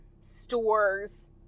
stores